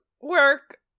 work